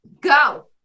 go